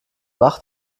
wach